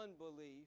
unbelief